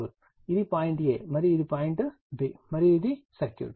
ఇది point A మరియు ఇది పాయింట్ B మరియు ఇది సర్క్యూట్